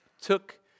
took